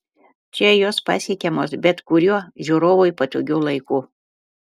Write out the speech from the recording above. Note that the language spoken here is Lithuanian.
čia jos pasiekiamos bet kuriuo žiūrovui patogiu laiku